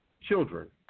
children